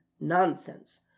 Nonsense